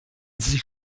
sich